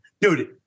dude